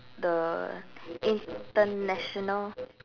the international